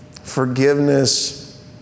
Forgiveness